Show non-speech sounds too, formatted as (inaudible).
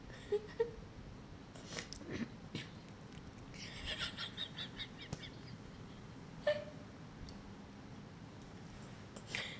(laughs) (breath) (laughs)